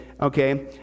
okay